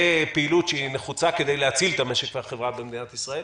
לפעילות שהיא נחוצה כדי להציל את המשק והחברה במדינת ישראל,